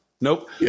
Nope